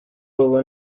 ubu